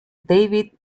david